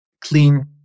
clean